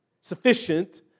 sufficient